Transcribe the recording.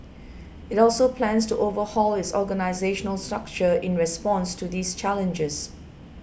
it also plans to overhaul its organisational structure in response to these challenges